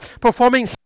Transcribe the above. performing